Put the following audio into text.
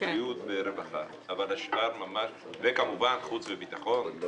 זמניות של חינוך ורווחה וכמובן חוץ וביטחון.